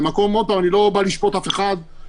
אני לא בא לשפוט אף אחד,